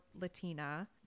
Latina